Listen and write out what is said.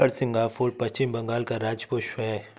हरसिंगार फूल पश्चिम बंगाल का राज्य पुष्प है